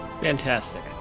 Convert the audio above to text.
Fantastic